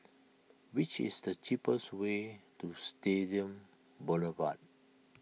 which is the cheapest way to Stadium Boulevard